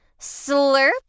Slurp